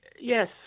Yes